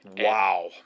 Wow